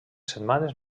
setmanes